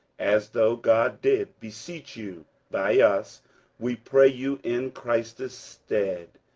as though god did beseech you by us we pray you in christ's stead,